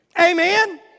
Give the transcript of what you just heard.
Amen